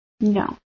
No